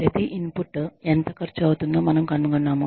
ప్రతి ఇన్పుట్ ఎంత ఖర్చు అవుతుందో మనము కనుగొన్నాము